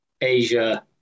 Asia